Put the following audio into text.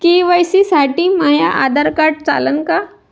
KYC साठी माह्य Aadhaar card चालन का?